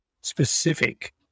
specific